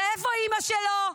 ואיפה אימא שלו?